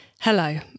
Hello